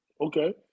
Okay